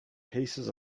pieces